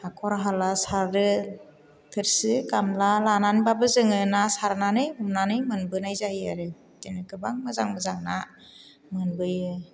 हाखर हाला सारो थोरसि गामला लानानैब्लाबो जोङो ना सारनानै हमनानै मोनबोनाय जायो आरो बिदिनो गोबां मोजां मोजां ना मोनबोयो